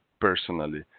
personally